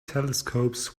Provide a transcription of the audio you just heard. telescopes